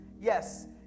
yes